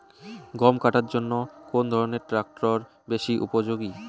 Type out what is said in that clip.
গম কাটার জন্য কোন ধরণের ট্রাক্টর বেশি উপযোগী?